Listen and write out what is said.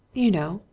you know,